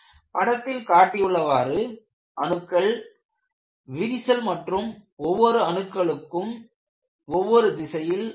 படத்தில் காட்டியுள்ளவாறு அணுக்கள் விரிசல் மற்றும் ஒவ்வொரு அணுக்களும் ஒவ்வொரு திசையில் உள்ளன